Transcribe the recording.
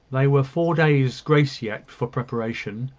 there were four days' grace yet for preparation,